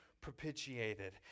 propitiated